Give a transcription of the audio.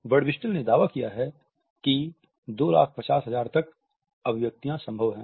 Birdwhistell ने दावा किया है कि 250000 तक अभिव्यक्ति संभव है